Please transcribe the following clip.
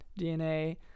DNA